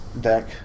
deck